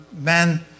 men